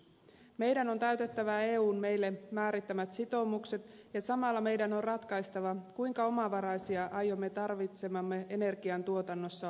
meidän on täytettävä eun meille määrittämät sitoumukset ja samalla meidän on ratkaistava kuinka omavaraisia aiomme tarvitsemassamme energiantuotannossa olla